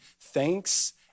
thanks